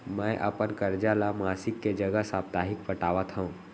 मै अपन कर्जा ला मासिक के जगह साप्ताहिक पटावत हव